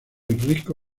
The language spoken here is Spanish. rico